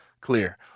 clear